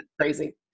crazy